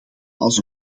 als